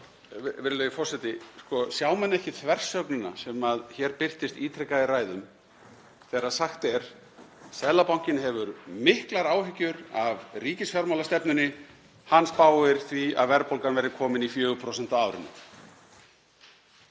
Virðulegi forseti. Sjá menn ekki þversögnina sem hér birtist ítrekað í ræðum þegar sagt er: Seðlabankinn hefur miklar áhyggjur af ríkisfjármálastefnunni, hann spáir því að verðbólgan verði komin í 4% á árinu?